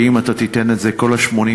ואם אתה תיתן את זה לכל ה-80,000,